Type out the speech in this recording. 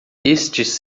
estes